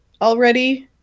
already